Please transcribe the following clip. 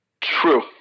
True